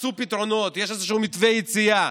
מצאו פתרונות, יש איזשהו מתווה יציאה.